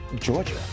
Georgia